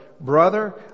brother